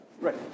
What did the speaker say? Right